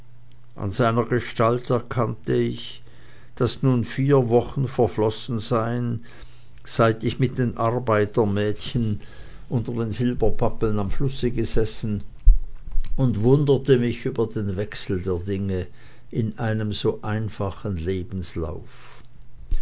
an seiner gestalt erkannte ich daß nun vier wochen verflossen seien seit ich mit den arbeitermädchen unter den silberpappeln am flusse gesessen und wunderte mich über den wechsel der dinge in einem so einfachen lebenslauf